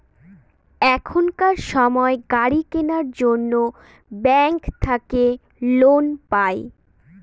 এখনকার সময় গাড়ি কেনার জন্য ব্যাঙ্ক থাকে লোন পাই